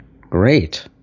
great